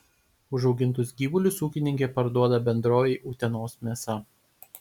užaugintus gyvulius ūkininkė parduoda bendrovei utenos mėsa